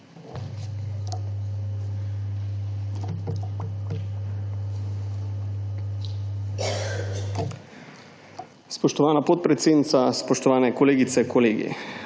Spoštovana podpredsednica, spoštovane kolegice, kolegi.